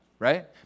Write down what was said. right